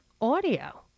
audio